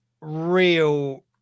real